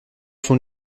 son